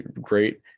great